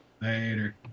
Later